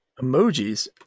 Emojis